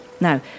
Now